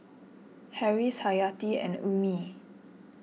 Harris Hayati and Ummi